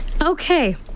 Okay